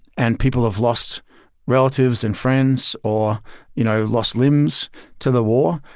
and people have lost relatives and friends or you know lost limbs to the war.